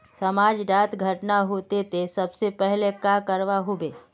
समाज डात घटना होते ते सबसे पहले का करवा होबे?